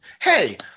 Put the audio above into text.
hey